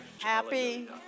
Happy